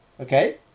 Okay